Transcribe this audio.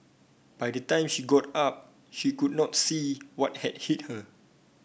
by the time she got up she could not see what had hit her